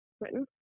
written